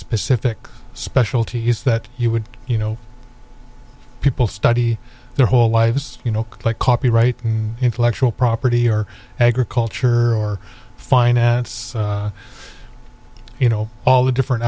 specific specialties that you would you know people study their whole lives you know like copyright inflectional property or agriculture or finance you know all the different